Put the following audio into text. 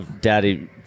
daddy